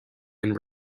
and